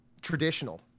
traditional